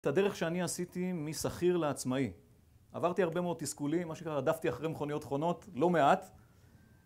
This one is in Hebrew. את הדרך שאני עשיתי משכיר לעצמאי עברתי הרבה מאוד תסכולים, מה שנקרא, רדפתי אחרי מכוניות חונות, לא מעט